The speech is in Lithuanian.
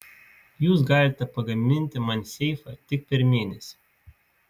jūs galite pagaminti man seifą tik per mėnesį